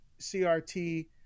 crt